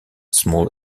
small